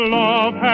love